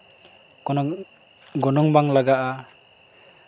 ᱠᱳᱱᱳ ᱜᱚᱱᱚᱝ ᱵᱟᱝ ᱞᱟᱜᱟᱜᱼᱟ